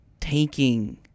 taking